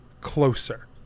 closer